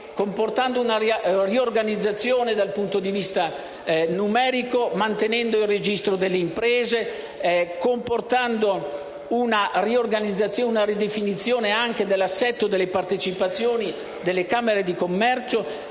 comportando una riorganizzazione dal punto di vista numerico, mantenendo il registro delle imprese e con una riorganizzazione e una ridefinizione dello stesso assetto delle partecipazioni delle Camere di commercio,